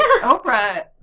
Oprah